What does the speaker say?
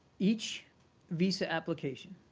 each visa application,